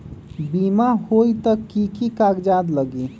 बिमा होई त कि की कागज़ात लगी?